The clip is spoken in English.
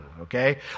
okay